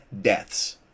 deaths